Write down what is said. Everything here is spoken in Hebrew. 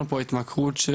התמכרות,